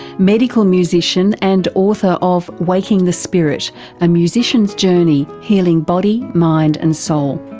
medical musician and author of waking the spirit a musician's journey healing body, mind and soul.